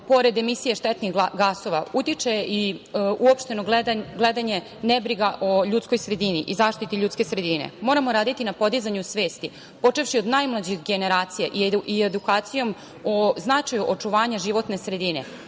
pored emisije štetnih gasova, utiče i uopšteno gledanje, nebriga o ljudskoj sredini i zaštiti ljudske sredine. Moramo raditi na podizanju svesti, počevši od najmlađih generacija i edukacijom o značaju očuvanja životne sredine,